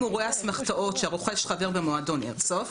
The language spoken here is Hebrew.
הוא רואה אסמכתאות שהרוכש חבר במועדון איירסופט,